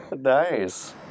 Nice